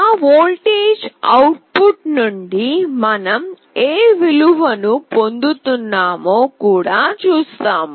ఆ voltage output నుండి మనం ఏ విలువను పొందుతున్నామో కూడా చూస్తాము